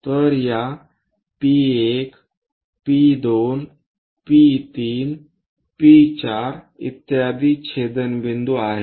तर या P1 P2 P3 P4 इत्यादी छेदनबिंदू आहेत